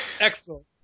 Excellent